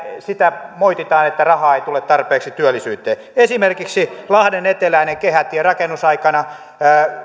sitä että rahaa ei tule tarpeeksi työllisyyteen esimerkiksi lahden eteläinen kehätie rakennusaikana